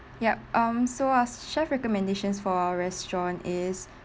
yup um so our chef recommendations for our restaurant is